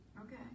okay